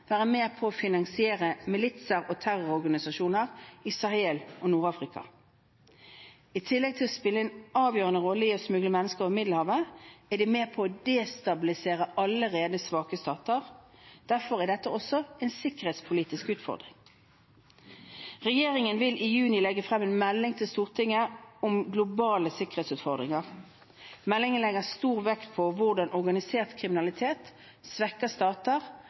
være med på å finansiere militser og terrororganisasjoner i Sahel og Nord-Afrika. I tillegg til å spille en avgjørende rolle i å smugle mennesker over Middelhavet, er de med på å destabilisere allerede svake stater. Derfor er dette også en sikkerhetspolitisk utfordring. Regjeringen vil i juni legge frem en melding til Stortinget om globale sikkerhetsutfordringer. Meldingen legger stor vekt på hvordan organisert kriminalitet svekker stater,